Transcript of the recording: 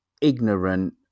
ignorant